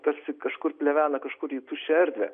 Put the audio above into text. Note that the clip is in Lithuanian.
tarsi kažkur plevena kažkur į tuščią erdvę